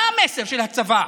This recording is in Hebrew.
מה המסר של הצבא